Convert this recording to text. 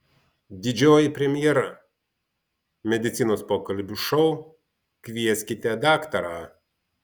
didžioji premjera medicinos pokalbių šou kvieskite daktarą